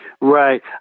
Right